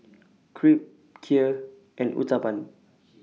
Crepe Kheer and Uthapam